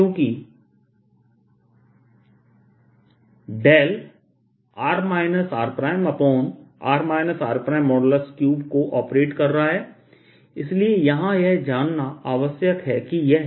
क्योंकि r rr r3 को operate कर रहा है इसलिए यहां यह जानना आवश्यक है कि यह